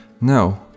No